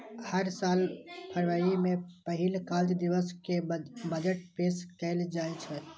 हर साल फरवरी के पहिल कार्य दिवस कें बजट पेश कैल जाइ छै